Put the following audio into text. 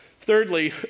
Thirdly